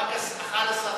רק 11 קילומטר.